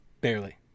Barely